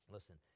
Listen